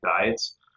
diets